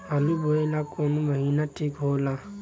आलू बोए ला कवन महीना ठीक हो ला?